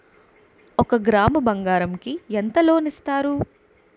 ఒక గ్రాము బంగారం కి ఎంత లోన్ ఇస్తారు?